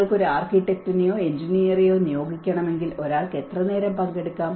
നിങ്ങൾക്ക് ഒരു ആർക്കിടെക്റ്റിനെയോ എഞ്ചിനീയറെയോ നിയോഗിക്കണമെങ്കിൽ ഒരാൾക്ക് എത്രനേരം പങ്കെടുക്കാം